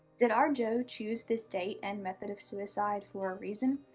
did our doe choose this date and method of suicide for a reason?